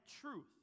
truth